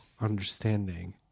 understanding